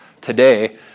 today